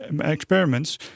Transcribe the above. experiments